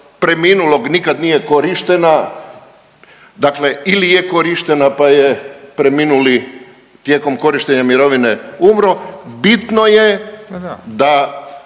preminulog nikad nije korištena, dakle ili je korištena pa je preminuli tijekom korištenja mirovine umro, bitno je da